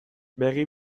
begi